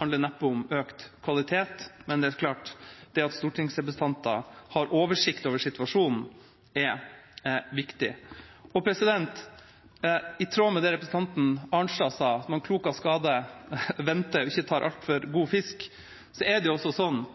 handler neppe om økt kvalitet, men det er klart at det at stortingsrepresentanter har oversikt over situasjonen, er viktig. I tråd med det representanten Arnstad sa om at man klok av skade venter og ikke tar